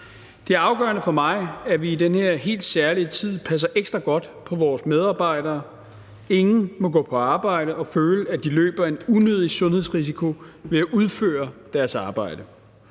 Det er afgørende for mig, at vi i den her helt særlige tid passer ekstra godt på vores medarbejdere. Ingen må gå på arbejde og føle, at de løber en unødig sundhedsrisiko ved at udføre deres arbejde.